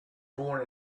born